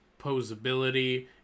posability